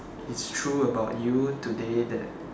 is true about you today that